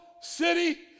city